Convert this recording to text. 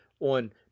on